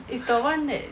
it's the one that